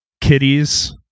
kitties